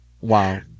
Wow